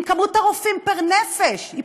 אם מספר הרופאים פר-נפש במרכז הוא